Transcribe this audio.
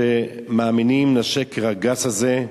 שהם מאמינים לשקר הגס הזה?